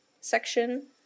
section